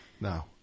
No